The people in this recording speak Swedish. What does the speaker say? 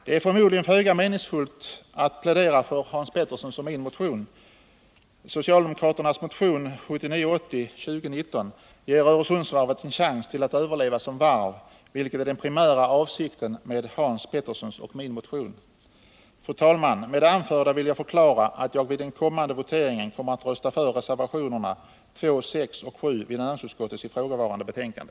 Det är förmodligen föga meningsfullt att plädera för Hans Peterssons i Röstånga och min motion 1979 80:2019 ger Öresundsvarvet en chans till att överleva som varv, vilket är den primära avsikten med Hans Peterssons och min motion. Fru talman! Med det anförda vill jag förklara att jag vid den kommande voteringen kommer att rösta för reservationerna 2, 6 och 7 vid näringsutskottets ifrågavarande betänkande.